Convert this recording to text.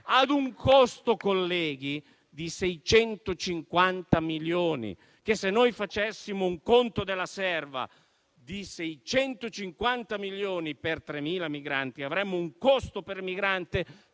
ad un costo, colleghi, di 650 milioni. Ebbene, se noi facessimo un conto della serva su 650 milioni per 3.000 migranti, avremmo un costo per migrante